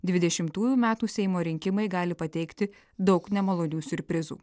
dvidešimtųjų metų seimo rinkimai gali pateikti daug nemalonių siurprizų